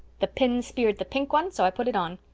the pin speared the pink one, so i put it on.